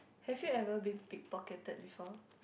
have you ever been pick pocketed before